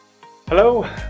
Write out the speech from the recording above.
Hello